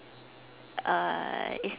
uh it's